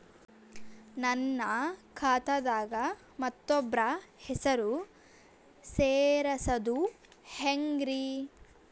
ನನ್ನ ಖಾತಾ ದಾಗ ಮತ್ತೋಬ್ರ ಹೆಸರು ಸೆರಸದು ಹೆಂಗ್ರಿ?